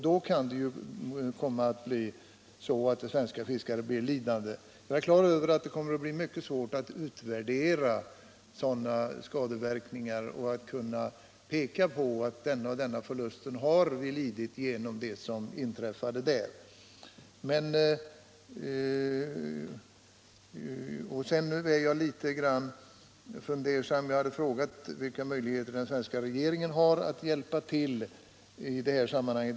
Då kan det visa sig att svenska fiskare blir lidande. Jag är på det klara med att det kommer att bli mycket svårt att utvärdera sådana skadeverkningar och att kunna peka på att man har lidit den och den förlusten genom vad som inträffade. Jag hade frågat vilka möjligheter den svenska regeringen har att hjälpa till i detta sammanhang.